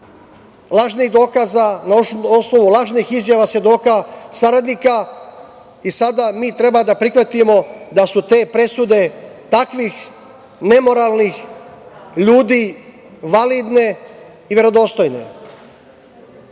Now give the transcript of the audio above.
lažnih dokaza, na osnovu lažnih izjava svedoka saradnika i sada mi treba da prihvatimo da su te presude takvih nemoralnih ljudi validne i verodostojne. Više